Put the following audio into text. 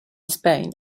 spain